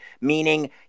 meaning